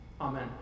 Amen